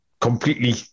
completely